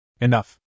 Enough